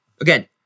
again